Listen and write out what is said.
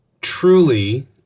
truly